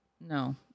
No